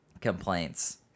complaints